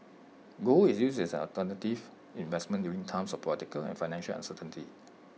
gold is used as an alternative investment during times of political and financial uncertainty